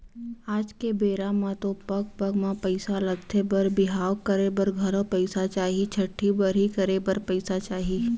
आज के बेरा म तो पग पग म पइसा लगथे बर बिहाव करे बर घलौ पइसा चाही, छठ्ठी बरही करे बर पइसा चाही